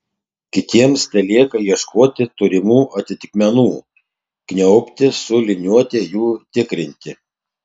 kitiems telieka ieškoti turimų atitikmenų kniubti su liniuote jų tikrinti